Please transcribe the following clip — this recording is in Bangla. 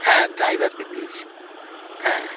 হ্যাঁ ড্রাইভারকে দিয়েছি হ্যাঁ